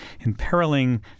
imperiling